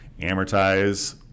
amortize